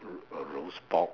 roast pork